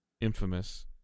Infamous